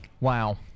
Wow